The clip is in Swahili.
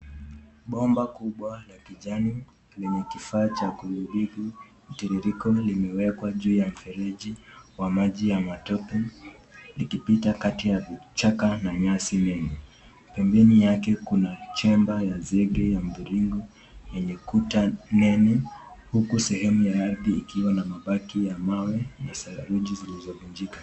Bomba kubwa la kijani lenye kifaa cha kudhibiti mtiririko limewekwa juu ya mfereji wa maji ya matope likipita kati ya kichaka na nyasi mengi pembeni yake kuna chamber ya zege ya mviringo yenye kuta nene huku sehemu yake ikiwa na mabaki ya mawe na saruji zilizovunjika.